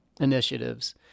initiatives